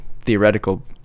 theoretical